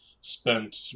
spent